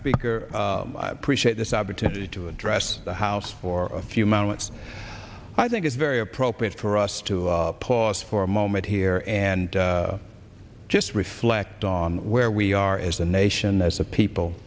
speaker appreciate this opportunity to address the house for a few moments i think it's very appropriate for us to pause for a moment here and just reflect on where we are as a nation as a people